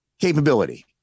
capability